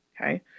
okay